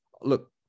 Look